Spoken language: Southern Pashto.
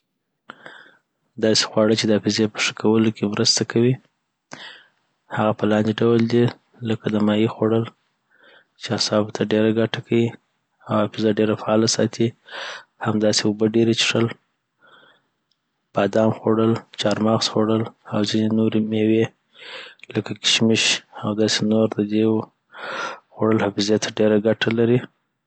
داسی خواړه چی د حافیظې په ښه کولو کی مرسته کوي هغه په لاندي ډول دي لکه د ماهي خوړل، چی اعصابو ته ډېره ګټه کیي اوحافیظه ډير فعاله ساتې همداسي اوبه ډیرې چېښل، بادام خوړل، چهارمغز خوړل، اوځينې نوري مېوې لکه کیشمیش، او داسی نور د دی وو خوړل حافېظي ته ډېره ګټه لري،